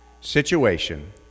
situation